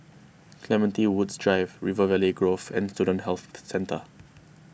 Clementi Woods Drive River Valley Grove and Student Health Centre